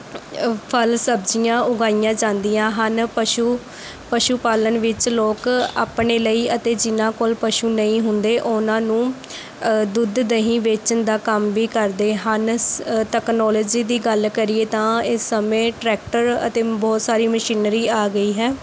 ਫ਼ਲ ਸਬਜ਼ੀਆਂ ਉਗਾਈਆਂ ਜਾਂਦੀਆਂ ਹਨ ਪਸ਼ੂ ਪਸ਼ੂ ਪਾਲਣ ਵਿੱਚ ਲੋਕ ਆਪਣੇ ਲਈ ਅਤੇ ਜਿਹਨਾਂ ਕੋਲ ਪਸ਼ੂ ਨਹੀਂ ਹੁੰਦੇ ਉਹਨਾਂ ਨੂੰ ਦੁੱਧ ਦਹੀਂ ਵੇਚਣ ਦਾ ਕੰਮ ਵੀ ਕਰਦੇ ਹਨ ਸ ਤਕਨੋਲੇਜੀ ਦੀ ਗੱਲ ਕਰੀਏ ਤਾਂ ਇਸ ਸਮੇਂ ਟਰੈਕਟਰ ਅਤੇ ਬਹੁਤ ਸਾਰੀ ਮਸ਼ੀਨਰੀ ਆ ਗਈ ਹੈ